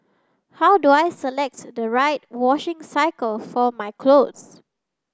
how do I select the right washing cycle for my clothes